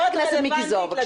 זה סופר רלוונטי, כן, זה העניין.